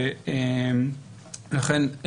לכן,